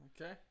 Okay